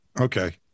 Okay